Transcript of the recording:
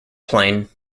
plane